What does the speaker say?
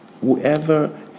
whoever